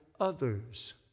others